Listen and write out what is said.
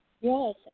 Yes